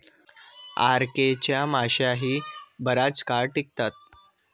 RK च्या माश्याही बराच काळ टिकतात